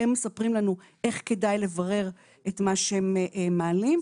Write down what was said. הם מספרים לנו איך כדאי לברר את מה שהם מעלים.